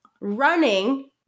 Running